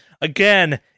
Again